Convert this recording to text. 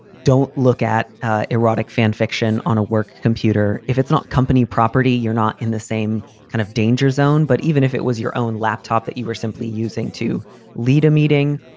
don't look at erotic fan fiction on a work computer if it's not company property. you're not in the same kind of danger zone. but even if it was your own laptop that you were simply using to lead a meeting,